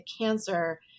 cancer